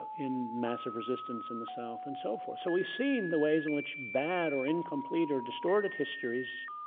in massive resistance in the south and so forth. so we've seen the ways in which bad or incomplete or distorted histories